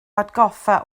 hatgoffa